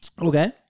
Okay